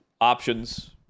options